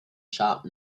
sharp